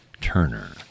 Turner